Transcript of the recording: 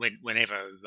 Whenever